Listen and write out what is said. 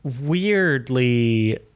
Weirdly